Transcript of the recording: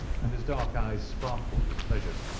and his dark eyes sparkled with pleasure.